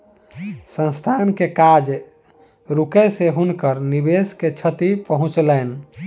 संस्थान के काज रुकै से हुनकर निवेश के क्षति पहुँचलैन